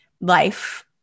life